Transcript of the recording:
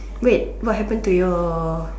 wait what happened to your